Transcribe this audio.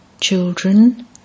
Children